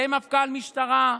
זה מפכ"ל משטרה?